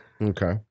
Okay